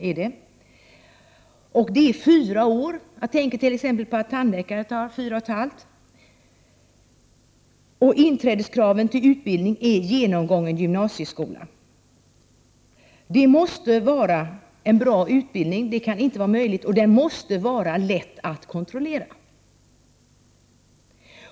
Utbildningen är alltså fyraårig, och här kan man jämföra med tandläkarutbildningen som kräver fyra och ett halvt års studier. Inträdeskravet till naprapatutbildningen är genomgången gymnasieskola. Det måste vara en bra utbildning, och den måste vara lätt att kontrollera.